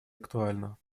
актуальна